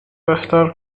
بهتر